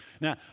Now